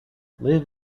live